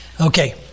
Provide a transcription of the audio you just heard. Okay